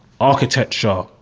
architecture